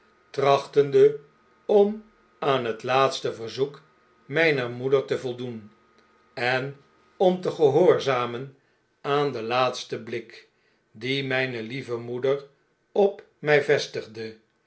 trachtende om aan het laatste verzoek myner moeder te voldoen en om tegehoorzamen aan den laatstenblik dien myne lievemoeder op mij vestigde